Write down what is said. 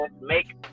make